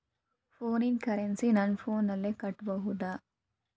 ಫೋನಿನ ಕರೆನ್ಸಿ ನನ್ನ ಫೋನಿನಲ್ಲೇ ಕಟ್ಟಬಹುದು?